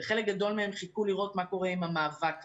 חלק גדול מהם חיכו לראות מה קורה עם המאבק הזה.